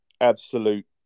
absolute